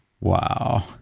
Wow